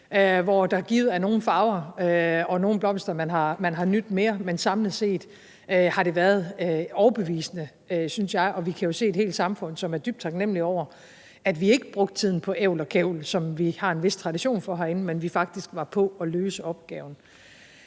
hvor der givet er nogle farver og nogle blomster, man har nydt lidt mere, men samlet set har det været overbevisende, synes jeg, og vi kan jo se et helt samfund, som er dybt taknemligt over, at vi ikke brugte tiden på ævl og kævl, som vi har en vis tradition for herinde, men faktisk brugte den på at løse opgaven.